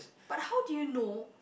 but how do you know